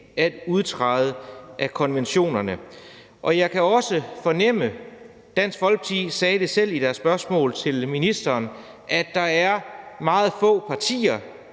at udtræde af konventionerne. Jeg kan også fornemme – Dansk Folkeparti sagde det selv i deres spørgsmål til ministeren – at der er meget få partier